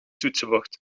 toetsenbord